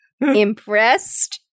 Impressed